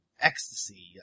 ecstasy